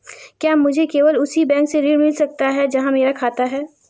क्या मुझे केवल उसी बैंक से ऋण मिल सकता है जहां मेरा खाता है?